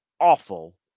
awful